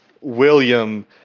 William